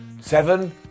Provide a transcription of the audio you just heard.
Seven